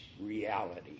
reality